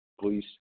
please